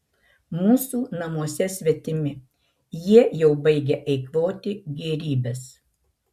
mūsų namuose svetimi jie jau baigia eikvoti gėrybes